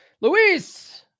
Luis